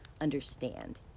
understand